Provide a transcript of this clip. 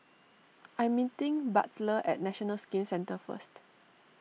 I'm meeting Butler at National Skin Centre first